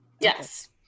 yes